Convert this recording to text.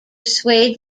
persuade